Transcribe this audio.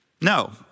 No